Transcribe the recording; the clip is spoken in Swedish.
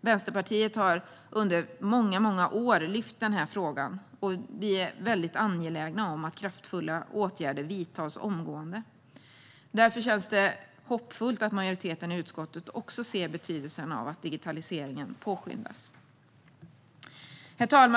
Vänsterpartiet har under många år lyft upp denna fråga, och vi är angelägna om att kraftfulla åtgärder omgående vidtas. Det känns därför hoppfullt att majoriteten i utskottet också ser betydelsen av att digitaliseringen påskyndas. Herr talman!